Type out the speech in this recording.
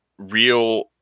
real